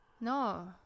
No